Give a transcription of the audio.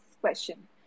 question